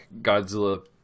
Godzilla